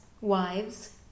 wives